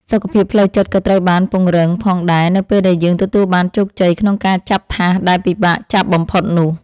សុខភាពផ្លូវចិត្តក៏ត្រូវបានពង្រឹងផងដែរនៅពេលដែលយើងទទួលបានជោគជ័យក្នុងការចាប់ថាសដែលពិបាកចាប់បំផុតនោះ។